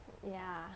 ya